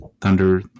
Thunder